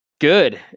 Good